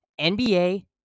NBA